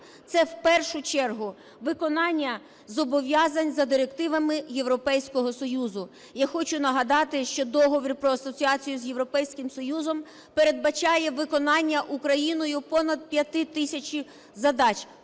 це в першу чергу виконання зобов'язань за директивами Європейського Союзу. Я хочу нагадати, що Договір про асоціацію з Європейським Союзом передбачає виконання Україною понад 5 тисячі задач,